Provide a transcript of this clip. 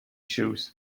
shoes